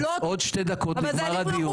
עוד שתי דקות נגמר הדיון.